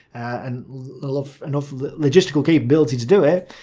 and enough logistical capability to do it.